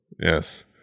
Yes